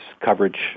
coverage